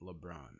LeBron